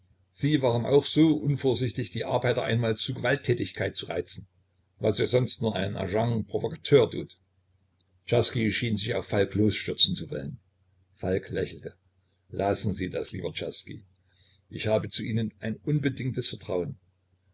sie waren auch so unvorsichtig die arbeiter einmal zur gewalttätigkeit zu reizen was ja sonst nur ein agent provocateur tut czerski schien sich auf falk losstürzen zu wollen falk lächelte lassen sie das lieber czerski ich habe zu ihnen ein unbedingtes vertrauen